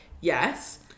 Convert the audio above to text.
Yes